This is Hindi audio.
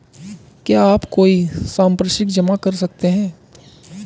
क्या आप कोई संपार्श्विक जमा कर सकते हैं?